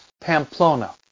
Pamplona